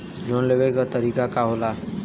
Loan लेवे क तरीकाका होला?